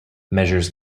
measures